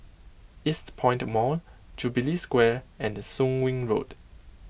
Eastpoint Mall Jubilee Square and Soon Wing Road